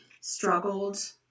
struggled